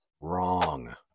wrong